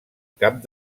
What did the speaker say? cap